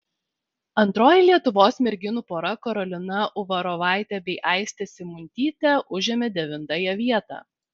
antroji lietuvos merginų pora karolina uvarovaitė bei aistė simuntytė užėmė devintąją vietą